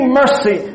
mercy